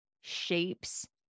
shapes